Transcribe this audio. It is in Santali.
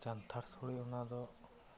ᱡᱟᱱᱛᱷᱟᱲ ᱥᱳᱲᱮ ᱚᱱᱟᱫᱚ